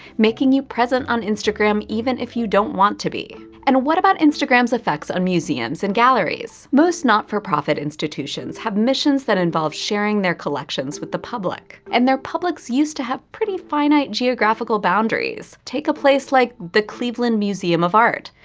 making you present on instagram even if you don't want to be. and what about instagram's effect on museums and galleries? most not-for-profit institutions have missions that involve sharing their collections with the public. and their publics used to have pretty finite geographical boundaries. take a place like the cleveland museum of art,